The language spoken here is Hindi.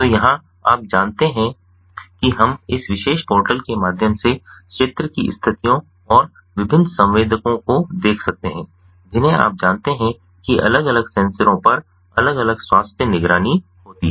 तो यहाँ आप जानते हैं कि हम इस विशेष पोर्टल के माध्यम से क्षेत्र की स्थितियों और विभिन्न संवेदकों को देख सकते हैं जिन्हें आप जानते हैं कि अलग अलग सेंसरों पर अलग अलग स्वास्थ्य निगरानी होती है